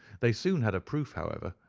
they soon had a proof, however,